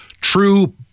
true